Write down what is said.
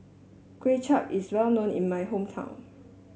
Kway Chap is well known in my hometown